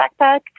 backpack